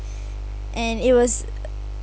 and it was uh